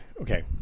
okay